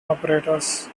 operators